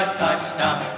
touchdown